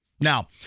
Now